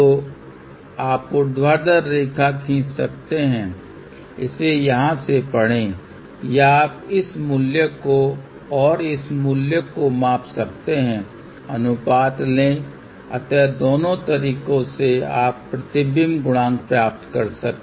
तो आप ऊर्ध्वाधर रेखा खींच सकते हैं इसे यहां से पढ़े या आप इस मूल्य को और इस मूल्य को माप सकते हैं अनुपात ले अतः दोनों तरीकों से आप प्रतिबिंब गुणांक प्राप्त कर सकते हैं